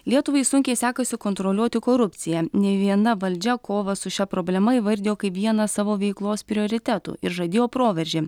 lietuvai sunkiai sekasi kontroliuoti korupciją nei viena valdžia kovą su šia problema įvardijo kaip vieną savo veiklos prioritetų ir žadėjo proveržį